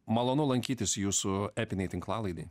malonu lankytis jūsų epinėj tinklalaidėj